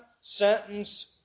sentence